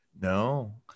no